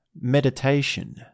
meditation